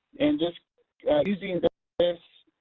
and just using this